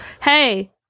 Hey